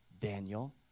Daniel